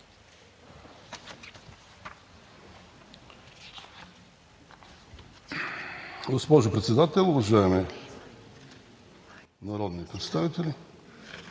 Госпожо Председател, уважаеми народни представители!